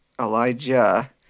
Elijah